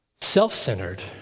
self-centered